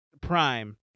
prime